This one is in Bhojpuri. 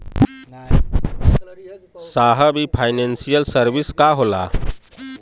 साहब इ फानेंसइयल सर्विस का होला?